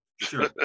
Sure